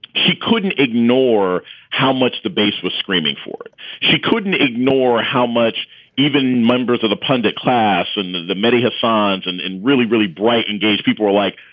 he couldn't ignore how much the base was screaming for it she couldn't ignore how much even members of the pundit class and the many hedge funds and and really, really bright, engaged people were like,